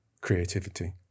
creativity